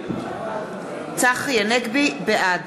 הנגבי, בעד